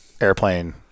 airplane